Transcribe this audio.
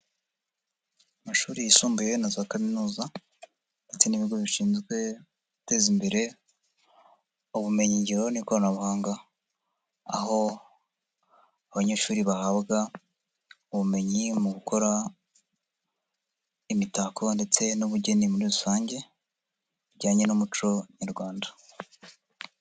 Amashuri yisumbuye na za kaminuza ndetse n'ibigo bishinzwe guteza imbere ubumenyingiro n'ikoranabuhanga aho abanyeshuri bahabwa ubumenyi mu gukora imitako ndetse n'ubugeni muri rusange bijyanye n'umuco nyarwanda.